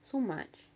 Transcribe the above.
so much